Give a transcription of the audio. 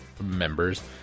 members